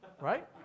Right